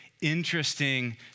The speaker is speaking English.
interesting